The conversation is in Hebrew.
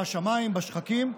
בשמיים, בשחקים.